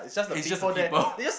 it's just the people